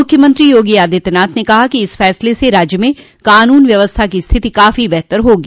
मुख्यमंत्री योगी आदित्यनाथ ने कहा कि इस फैसले से राज्य में कान्न व्यवस्था की स्थिति काफी बेहतर होगी